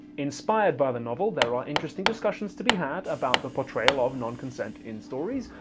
inspired by the novel there are interesting discussions to be had about the portrayal of non-consent in stories,